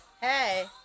Hey